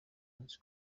munsi